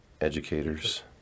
educators